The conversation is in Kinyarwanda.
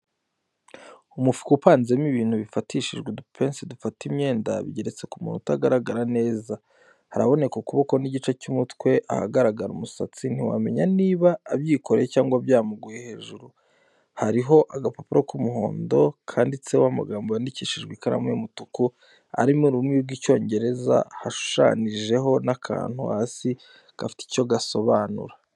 Umufuka upanzemo ibintu bifatishijwe udupense dufata imyenda, bigeretse ku muntu utagaragara neza, haraboneka ukuboko n'igice cy'umutwe ahagaragara umusatsi, ntiwamenya niba abyikoreye cyangwa byamuguye hejuru, hariho agapapuro k'umuhondo kanditseho amagambo yandikishijwe ikaramu y'umutuku ari mu rurimi rw'Icyongereza hashushanije ho n'akantu hasi gafite icyo gasobanura.